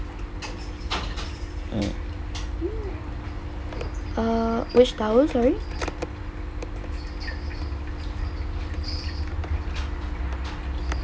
err which towel sorry